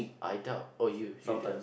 I doubt oh you you do